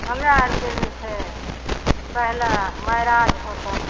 हमरा आरके जे छै पहिले मैराज होतऽ